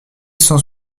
cent